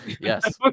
Yes